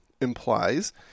implies